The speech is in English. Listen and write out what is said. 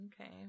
okay